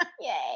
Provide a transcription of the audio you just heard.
Yay